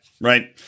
right